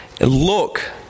Look